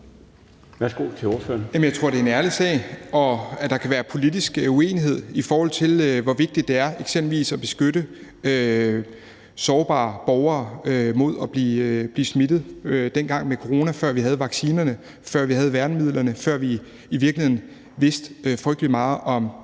Horn Langhoff (S): Jeg tror, at det er en ærlig sag, at der kan være politisk uenighed om, hvor vigtigt det var eksempelvis at beskytte sårbare borgere mod dengang at blive smittet med corona, før vi havde vaccinerne, før vi havde værnemidlerne, og før vi i virkeligheden vidste frygtelig meget om